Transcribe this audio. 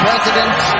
President